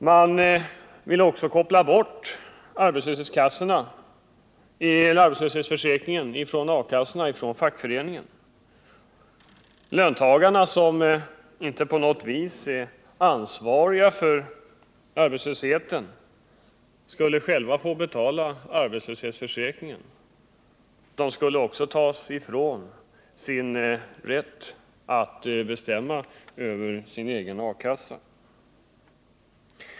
Man ville också koppla bort arbetslöshetsförsäkringen från A-kassorna, från fackföreningen. Löntagarna, som inte på något vis är ansvariga för arbetslösheten, skulle själva få betala arbetslöshetsförsäkringen. Man ville också ta ifrån dem deras rätt att bestämma över sin egen A-kassa.